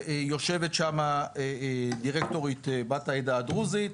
שיושבת שם דירקטורית בת העדה הדרוזית.